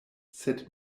sed